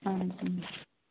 اَہَن حظ اۭں